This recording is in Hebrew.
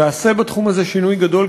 ועשה בתחום הזה שינוי גדול,